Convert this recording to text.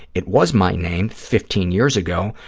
it was my name fifteen years ago,